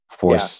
Force